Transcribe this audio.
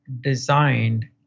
designed